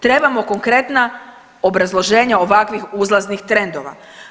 Trebamo konkretna obrazloženja ovakvih uzlaznih trendova.